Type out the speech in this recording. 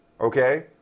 Okay